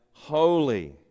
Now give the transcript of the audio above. holy